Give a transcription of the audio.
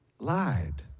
lied